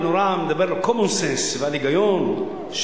לדבר על common sense ועל היגיון,